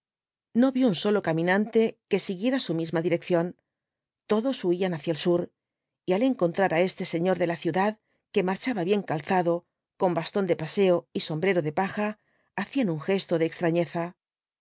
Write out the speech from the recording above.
xo vio un solo caminante que siguiese su misma dirección todos huían hacia el sur y al encontrar á este señor de la ciudad que marchaba bien calzado con bastón de paseo y sombrero de paja hacían un gesto de extrañeza